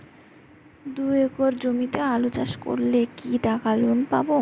দুই একর জমিতে আলু চাষ করলে কি টাকা লোন পাবো?